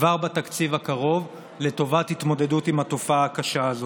כבר בתקציב הקרוב לטובת התמודדות עם התופעה הקשה הזאת.